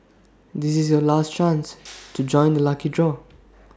this is your last chance to join the lucky draw